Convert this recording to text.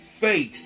face